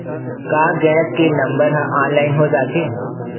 का गैस के नंबर ह ऑनलाइन हो जाथे?